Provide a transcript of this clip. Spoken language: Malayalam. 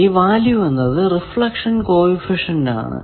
ഈ വാല്യൂ എന്നത് റിഫ്ലക്ഷൻ കോ എഫിഷ്യന്റ് ആണ്